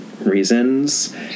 reasons